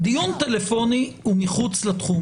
דיון טלפוני הוא מחוץ לתחום.